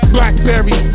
Blackberry